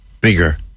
bigger